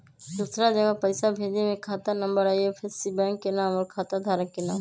दूसरा जगह पईसा भेजे में खाता नं, आई.एफ.एस.सी, बैंक के नाम, और खाता धारक के नाम?